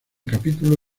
capítulo